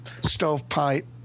stovepipe